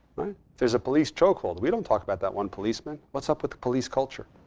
there's a police chokehold, we don't talk about that one policeman. what's up with the police culture?